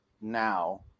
now